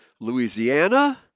Louisiana